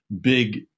big